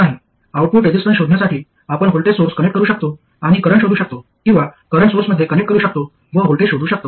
output resistance शोधण्यासाठी आपण voltage source connect करू शकतो आणि करंट शोधू शकतो किंवा करंट सोर्समध्ये कनेक्ट करू शकतो व व्होल्टेज शोधू शकतो